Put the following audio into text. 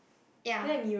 ya